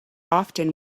often